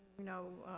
you know,